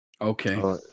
Okay